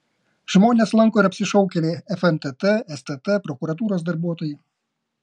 žmones lanko ir apsišaukėliai fntt stt prokuratūros darbuotojai